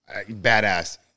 badass